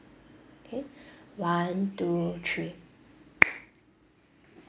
okay one two three